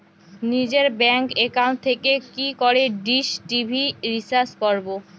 নিজের bank account থেকে কি করে ডিশ টি.ভি রিচার্জ করবো?